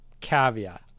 Caveat